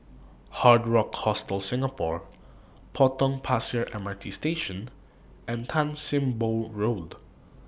Hard Rock Hostel Singapore Potong Pasir M R T Station and Tan SIM Boh Road